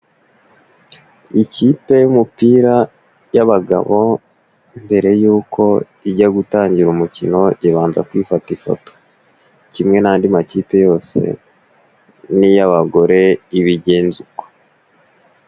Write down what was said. Ikipe y'umupira y'abagabo mbere y'uko ijya gutangira umukino ibanza kufata ifoto, kimwe n'andi makipe yose n'iy'abagore ibigenza uko.